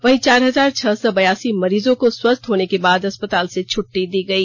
वहीं चार हजार छह सौ बयासी मरीजों को स्वास्थ होने के बाद अस्पताल से छुट्टी दी गई